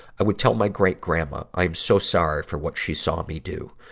i would tell my great grandma i'm so sorry for what she saw me do.